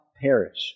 perish